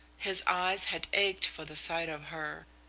his eyes had ached for the sight of her.